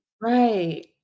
Right